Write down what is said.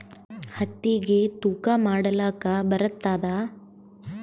ಹತ್ತಿಗಿ ತೂಕಾ ಮಾಡಲಾಕ ಬರತ್ತಾದಾ?